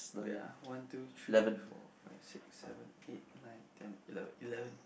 wait ah one two three four five six seven eight nine ten eleven eleven